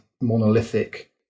monolithic